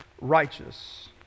righteous